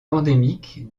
endémique